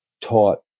taught